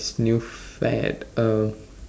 new fad uh